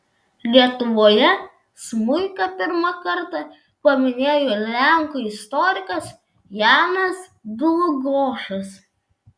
lietuvoje smuiką pirmą kartą paminėjo lenkų istorikas janas dlugošas